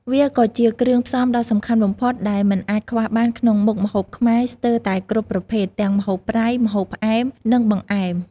វាក៏ជាគ្រឿងផ្សំដ៏សំខាន់បំផុតដែលមិនអាចខ្វះបានក្នុងមុខម្ហូបខ្មែរស្ទើរតែគ្រប់ប្រភេទ ទាំងម្ហូបប្រៃ ម្ហូបផ្អែម និងបង្អែម។